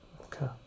Okay